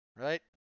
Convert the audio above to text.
right